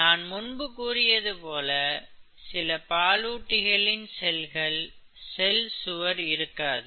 நான் முன்பு கூறியது போல சில பாலூட்டிகளின் செல்களில் செல்சுவர் இருக்காது